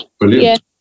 Brilliant